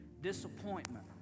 Disappointment